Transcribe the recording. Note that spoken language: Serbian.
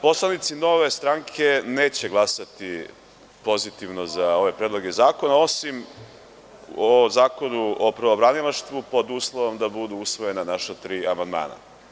Poslanici Nove stranke neće glasati pozitivno za ove predloge zakona osim o Zakonu o pravobranilaštvu, pod uslovom da budu usvojena naša tri amandmana.